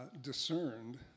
discerned